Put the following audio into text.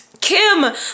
Kim